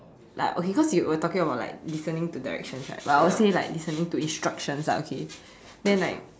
like okay cause you were talking about like listening to directions right but I would say like listening to instructions ah okay then like